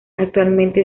actualmente